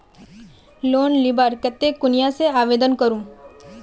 Loan लुबार केते कुनियाँ से आवेदन करूम?